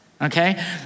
okay